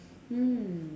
mm